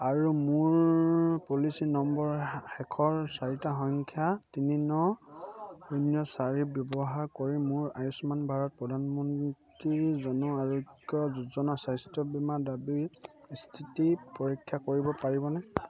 আৰু মোৰ পলিচি নম্বৰৰ শেষৰ চাৰিটা সংখ্যা তিনি ন শূন্য চাৰি ব্যৱহাৰ কৰি মোৰ আয়ুষ্মান ভাৰত প্ৰধানমন্ত্ৰী জন আৰোগ্য যোজনা স্বাস্থ্য বীমা দাবীৰ স্থিতি পৰীক্ষা কৰিব পাৰিবনে